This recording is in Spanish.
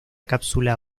cápsula